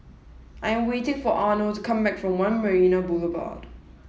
I'm waiting for Arno to come back from One Marina Boulevard